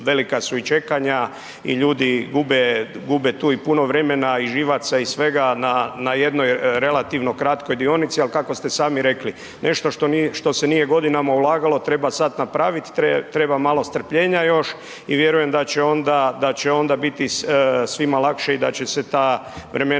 velika su i čekanja i ljudi gube tu i puno vremena i živaca i svega na jednoj relativno kratkoj dionici. Ali kako ste sami rekli, nešto što se nije godinama ulagalo, treba sad napraviti, treba malo strpljenja još i vjerujem da će onda, da će onda biti svima lakše i da će se ta vremena putovanja